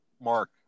Mark